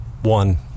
One